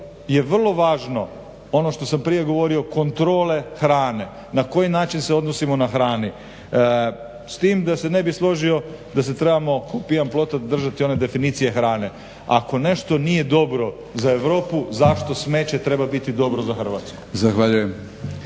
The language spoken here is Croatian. je vrlo važno ono što sam prije govorio kontrole hrane na koji način se odnosimo na hrani s tim da se ne bih složio da se trebamo ko pijan plota držati one definicije hrane. Ako nešto nije dobro za Europu zašto smeće treba biti dobro za Hrvatsku?